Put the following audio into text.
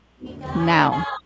Now